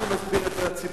אנחנו נסביר את זה לציבור.